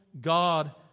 God